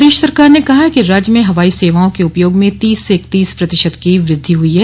प्रदेश सरकार ने कहा है कि राज्य में हवाई सेवाओं के उपयोग में तीस से इकतीस प्रतिशत की वृद्धि हुई है